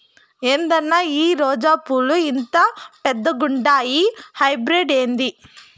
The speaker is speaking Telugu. ఏందన్నా ఈ రోజా పూలు ఇంత పెద్దగుండాయి హైబ్రిడ్ ఏంది